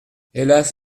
hélas